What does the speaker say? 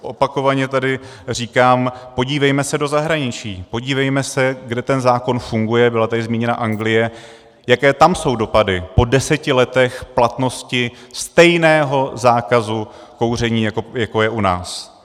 Opakovaně tady říkám, podívejme se do zahraničí, podívejme se, kde ten zákon funguje, byla tady zmíněna Anglie, jaké tam jsou dopady po deseti letech platnosti stejného zákazu kouření, jako je u nás.